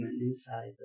inside